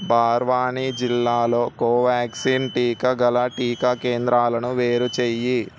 బర్వాణి జిల్లాలో కోవ్యాక్సిన్ టీకా గల టీకా కేంద్రాలను వేరు చేయి